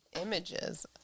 Images